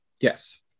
Yes